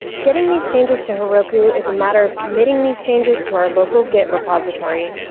getting these changes to heroku is a matter of committing these changes to our local git repository,